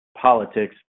politics